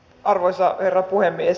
arvoisa herra puhemies